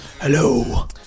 Hello